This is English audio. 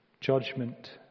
judgment